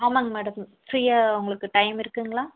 ஆமாம்ங்க மேடம் ஃப்ரீயாக உங்களுக்கு டைம் இருக்குங்களா